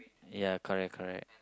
ya correct correct